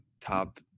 top –